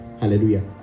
Hallelujah